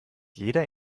jeder